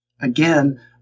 again